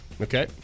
Okay